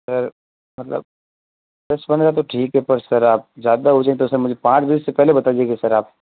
sir मतलब दस पन्द्रह तो ठीक है पर सर आप ज़्यादा हो जाएं तो उस में मुझे पाँच बजे से पहले बताइएगा सर आप